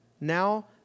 now